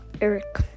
Eric